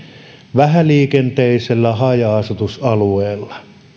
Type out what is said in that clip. vähäliikenteisellä haja asutusalueella